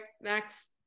next